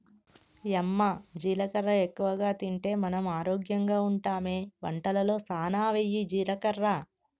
యమ్మ జీలకర్ర ఎక్కువగా తింటే మనం ఆరోగ్యంగా ఉంటామె వంటలలో సానా వెయ్యి జీలకర్ర